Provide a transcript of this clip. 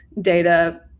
data